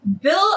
Bill